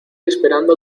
esperando